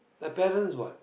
the parents what